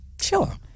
Sure